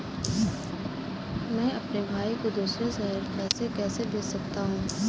मैं अपने भाई को दूसरे शहर से पैसे कैसे भेज सकता हूँ?